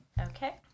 Okay